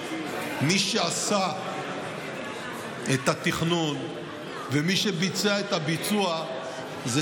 מי שעשה את התכנון ומי שביצע את הביצוע זה